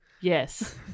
Yes